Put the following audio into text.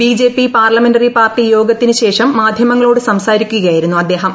BJP parliamentary party യോഗത്തിനുശേഷം മാധ്യമങ്ങളോട് സംസാരിക്കുകയായിരുന്നു അദ്ദേഹം